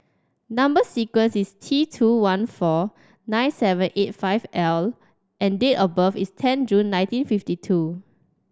number sequence is T two one four nine seven eight five L and date of birth is ten June nineteen fifty two